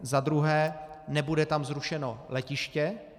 Za druhé, nebude tam zrušeno letiště.